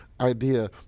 idea